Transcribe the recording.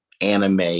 anime